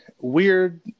weird